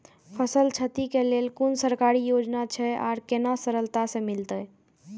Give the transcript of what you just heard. फसल छति के लेल कुन सरकारी योजना छै आर केना सरलता से मिलते?